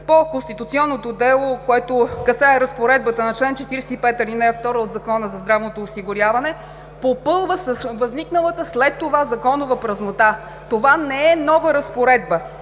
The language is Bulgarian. по конституционното дело, което касае разпоредбата на чл. 45, ал. 2 от Закона за здравното осигуряване, попълва възникналата след това законова празнота. Това не е нова разпоредба.